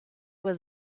was